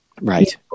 Right